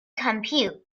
compute